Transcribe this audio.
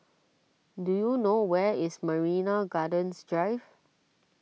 do you know where is Marina Gardens Drive